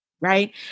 right